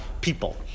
people